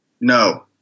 No